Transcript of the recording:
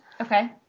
Okay